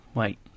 wait